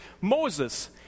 Moses